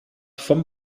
vom